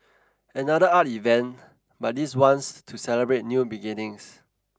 another art event but this one's to celebrate new beginnings